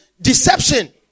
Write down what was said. deception